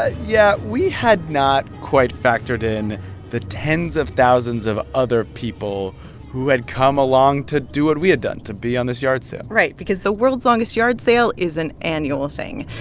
ah yeah, we had not quite factored in the tens of thousands of other people who had come along to do what we had done to be on this yard sale right. because the world's longest yard sale is an annual thing.